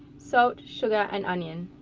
salt, sugar and onion.